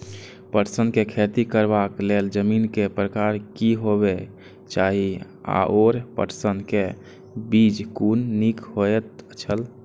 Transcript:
पटसन के खेती करबाक लेल जमीन के प्रकार की होबेय चाही आओर पटसन के बीज कुन निक होऐत छल?